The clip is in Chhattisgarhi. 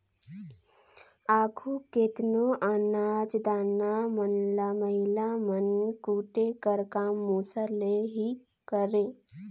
आघु केतनो अनाज दाना मन ल महिला मन कूटे कर काम मूसर ले ही करें